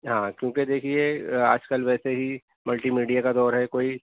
ہاں کیوں کہ دیکھیے آج کل ویسے ہی ملٹی میڈیا کا دور ہے کوئی